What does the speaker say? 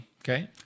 Okay